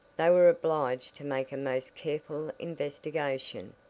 they were obliged to make a most careful investigation,